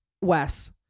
Wes